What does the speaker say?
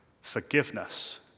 forgiveness